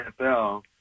NFL